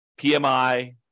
PMI